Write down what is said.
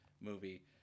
movie